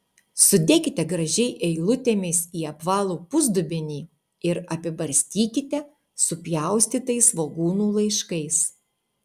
sudėkite gražiai eilutėmis į apvalų pusdubenį ir apibarstykite supjaustytais svogūnų laiškais